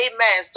Amen